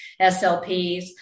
SLPs